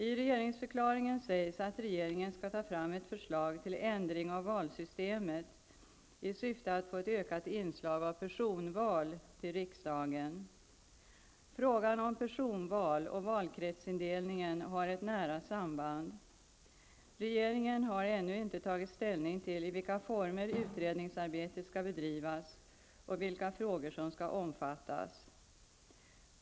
I regeringsförklaringen sägs att regeringen skall ta fram ett förslag till ändring av valsystemet i syfte att få ett ökat inslag av personval till riksdagen. Frågan om personval och valkretsindelningen har ett nära samband. Regeringen har ännu inte tagit ställning till i vilka former utredningsarbetet skall bedrivas och vilka frågor som skall omfattas.